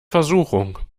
versuchung